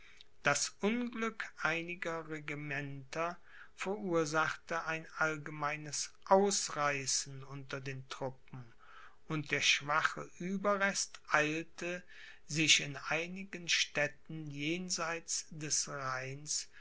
das unglück einiger regimenter verursachte ein allgemeines ausreißen unter den truppen und der schwache ueberrest eilte sich in einigen städten jenseits des rheins